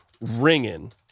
ringing